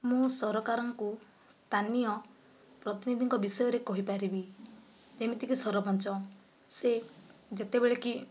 ମୁଁ ସରକାରଙ୍କୁ ସ୍ଥାନୀୟ ପ୍ରତିନିଧିଙ୍କ ବିଷୟରେ କହିପାରିବି ଯେମିତି କି ସରପଞ୍ଚ ସେ ଯେତେବେଳେ କି